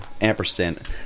ampersand